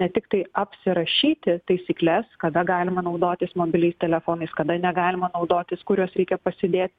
ne tiktai apsirašyti taisykles kada galima naudotis mobiliais telefonais kada negalima naudotis kur juos reikia pasidėt